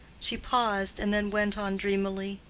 she paused and then went on dreamily